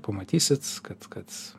pamatysit kad kad